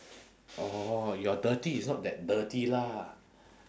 orh your dirty is not that dirty lah